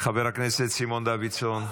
חבר הכנסת סימון דוידסון.